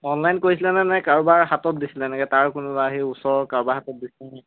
online কৰিছিলে নাই নে কাৰোবাৰ হাতত দিছিলে এনেকৈ তাৰ কোনোবা আহি ওচৰৰ কাৰোবাৰ হাতত দিছিলে